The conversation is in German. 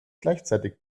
gleichzeitig